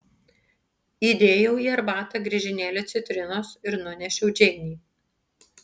įdėjau į arbatą griežinėlį citrinos ir nunešiau džeinei